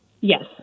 Yes